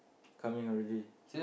coming already